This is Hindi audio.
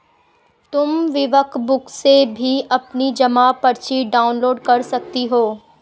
तुम क्विकबुक से भी अपनी जमा पर्ची डाउनलोड कर सकती हो